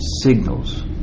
signals